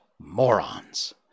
morons